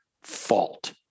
fault